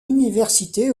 université